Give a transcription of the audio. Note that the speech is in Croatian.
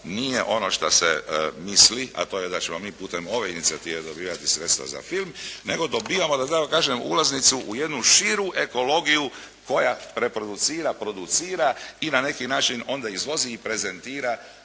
nije ono šta se misli a to je da ćemo mi putem ove inicijative dobivati sredstva za film nego dobivamo da tako kažem ulaznicu u jednu širu ekologiju koja reproducira, producira i na neki način onda izvozi i prezentira